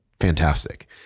fantastic